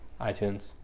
iTunes